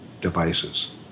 devices